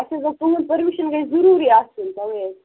اَسہِ حظ اوس تُہُنٛد پٔرمِشن گژھِ ضروٗری آسُن تَوَے حظ